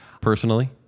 personally